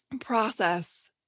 process